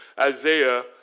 Isaiah